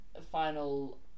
final